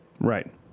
Right